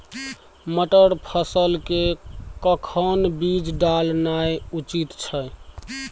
मटर फसल के कखन बीज डालनाय उचित छै?